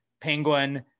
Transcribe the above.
penguin